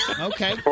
Okay